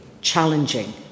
challenging